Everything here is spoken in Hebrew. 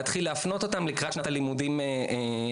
להתחיל להפנות אותם לקראת שנת הלימודים הבאה.